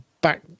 back